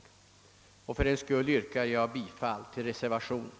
Herr talman! Fördenskull yrkar jag bifall till reservationen.